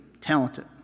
talented